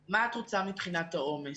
מה אני רוצה מבחינת העומס.